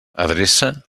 adreça